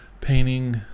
painting